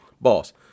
boss